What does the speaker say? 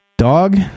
Dog